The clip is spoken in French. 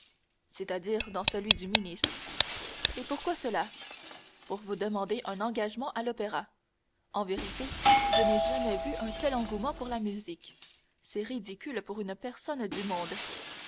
c'est-à-dire dans celui du ministre et pourquoi cela pour vous demander un engagement à l'opéra en vérité je n'ai jamais vu un tel engouement pour la musique c'est ridicule pour une personne du monde